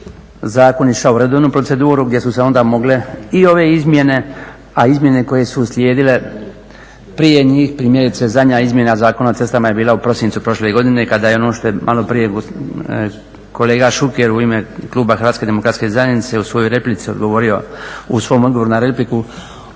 zakon išao u redovnu proceduru gdje su se onda mogle i ove izmjene. A izmjene koje su uslijedile prije njih, primjerice zadnja izmjena Zakona o cestama je bila u prosincu prošle godine kada je ono što je maloprije kolega Šuker u ime kluba HDZ-a u svojoj replici odgovorio u svom odgovoru na repliku